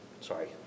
sorry